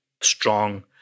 strong